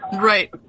Right